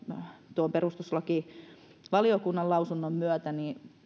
tuon perustuslakivaliokunnan lausunnon myötä